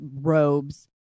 robes